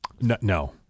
No